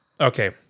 Okay